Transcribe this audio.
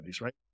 right